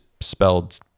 spelled